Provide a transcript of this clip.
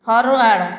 forward